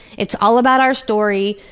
it's all about our story,